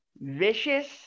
vicious